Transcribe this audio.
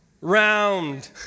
Round